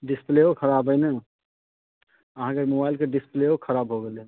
डिसप्लेओ खराब अइ ने अहाँके ई मोबाइलके डिसप्लेओ खराब भऽ गेल अइ